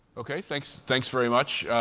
okay. thanks thanks very much.